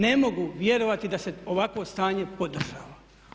Ne mogu vjerovati da se ovakvo stanje podržava.